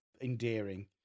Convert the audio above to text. endearing